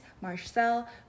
Marcel